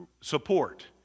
support